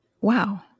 wow